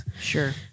Sure